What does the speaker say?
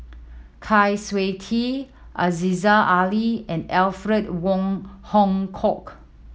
Kwa Siew Tee Aziza Ali and Alfred Wong Hong Kwok